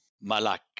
malak